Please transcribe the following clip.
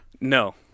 No